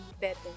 better